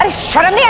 ah shut um yeah